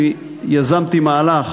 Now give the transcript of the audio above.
אני יזמתי מהלך